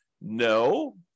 No